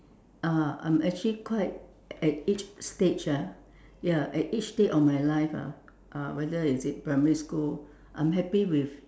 uh I'm actually quite at each stage ah ya at each stage of my life ah uh whether is it primary school I'm happy with